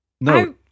No